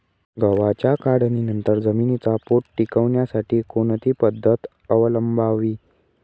गव्हाच्या काढणीनंतर जमिनीचा पोत टिकवण्यासाठी कोणती पद्धत अवलंबवावी?